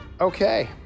okay